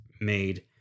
made